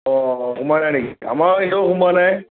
অ' সোমোৱা নাই নেকি আমাৰ এতিয়াও সোমোৱা নাই